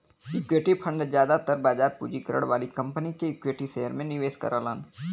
equity fund जादातर बाजार पूंजीकरण वाली कंपनी के इक्विटी शेयर में निवेश करलन